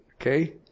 Okay